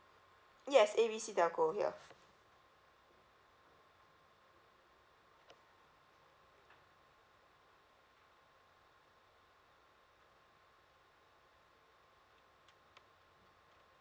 yes A B C telco here